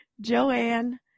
Joanne